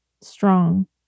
strong